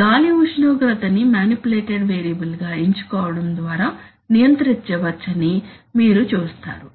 గాలి ఉష్ణోగ్రతని manipulated variable గా ఎంచుకోవడం ద్వారా నియంత్రించవచ్చని మీరు చూస్తారు